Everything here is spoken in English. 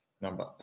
Number